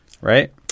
right